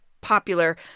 popular